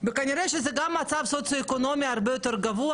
כנראה שזה גם מצב סוציואקונומי הרבה יותר גבוה,